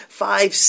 five